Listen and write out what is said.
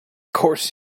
course